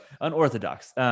unorthodox